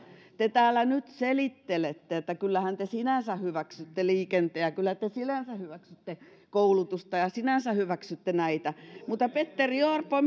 te täällä nyt selittelette että kyllähän te sinänsä hyväksytte liikenteen ja kyllä te sinänsä hyväksytte koulutusta ja ja sinänsä hyväksytte näitä mutta petteri orpo